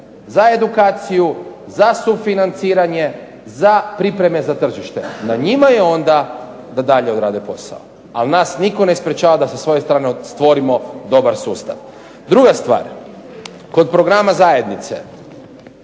za edukaciju, za sufinanciranje, za pripreme za tržište. Na njima je onda da dalje odrade posao. ali nas nitko ne sprečava da sa svoje strane stvorimo dobar sustav. Druga stvar, kod programa zajednice,